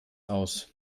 aus